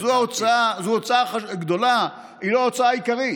זו הוצאה גדולה, היא לא ההוצאה העיקרית.